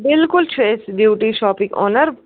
بلکُل چھِ أسۍ بیوٹی شاپٕکۍ اونر